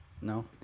No